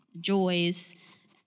joys